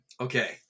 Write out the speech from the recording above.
Okay